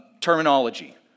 terminology